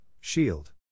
SHIELD